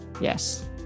Yes